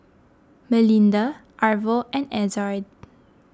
Melinda Arvo and Ezzard